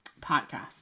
podcast